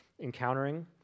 encountering